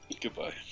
Goodbye